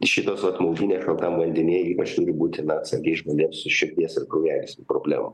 šitos vat maudynės vat tam vandenyje ypač turi būti na atsargiai žmonėms su širdies ir kraujagyslių problemom